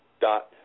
dot